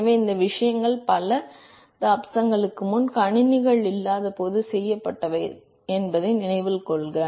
எனவே இந்த விஷயங்கள் பல தசாப்தங்களுக்கு முன்பு கணினிகள் இல்லாதபோது செய்யப்பட்டன என்பதை நினைவில் கொள்க